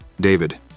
David